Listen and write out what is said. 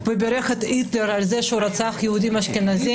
ובירך את היטלר על זה שרצח יהודים אשכנזיים.